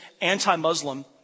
anti-Muslim